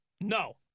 No